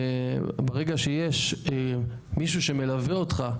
וברגע שיש מישהו שמלווה אותך,